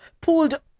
pulled